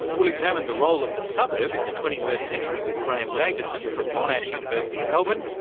we'll examine the role of the suburb in the twenty first century with graeme davison from monash university in melbourne,